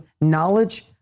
knowledge